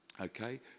okay